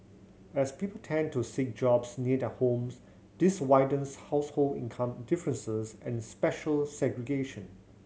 as people tend to seek jobs near their homes this widens household income differences and spatial segregation